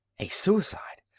a suicide!